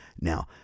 Now